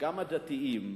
החילונים וגם הדתיים